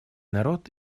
народ